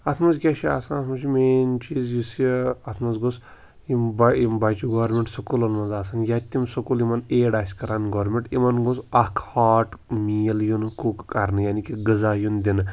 اَتھ منٛز کیٛاہ چھِ آسان اَتھ منٛز چھُ مین چیٖز یُس یہِ اَتھ منٛز گوٚژھ یِم بَہ یِم بَچہِ گورمنٹ سکوٗلن منٛز آسان ییا تِم سکوٗل یِمَن ایڈ آسہِ کَران گورمنٹ یِمَن گوٚژھ اَکھ ہاٹ میٖل یُن کُک کَرنہٕ یعنے کہِ غزا یُن دِنہٕ